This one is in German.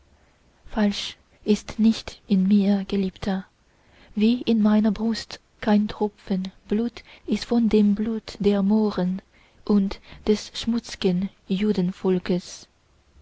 falsch ist nicht in mir geliebter wie in meiner brust kein tropfen blut ist von dem blut der mohren und des schmutzgen